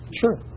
Sure